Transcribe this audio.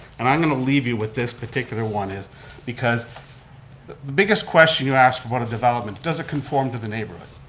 and i'm going to leave you with this particular one is because the biggest question you ask about a development, does it conform to the neighborhood?